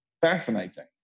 fascinating